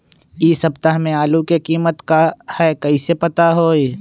इ सप्ताह में आलू के कीमत का है कईसे पता होई?